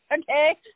okay